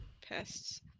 pests